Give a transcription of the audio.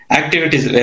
activities